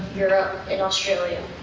europe, and australia,